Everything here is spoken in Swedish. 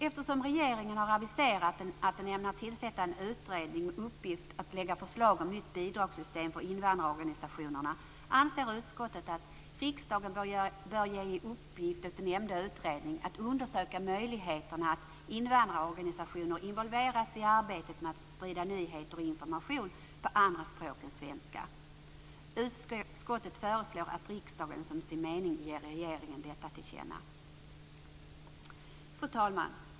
Eftersom regeringen har aviserat att den ämnar tillsätta en utredning med uppgift att lägga fram förslag om nytt bidragssystem för invandrarorganisationer anser utskottet att riksdagen bör ge i uppgift åt nämnda utredning att undersöka möjligheterna att invandrarorganisationer involveras i arbetet med att sprida nyheter och information på andra språk än svenska. Utskottet föreslår att riksdagen som sin mening ger regeringen detta till känna. Fru talman!